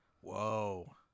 Whoa